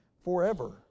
forever